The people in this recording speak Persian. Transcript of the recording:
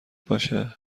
باشه